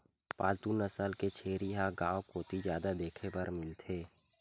पालतू नसल के छेरी ह गांव कोती जादा देखे बर मिलथे